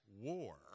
war